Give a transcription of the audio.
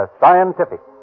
scientific